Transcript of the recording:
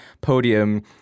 podium